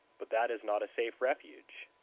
but that is not a safe refuge,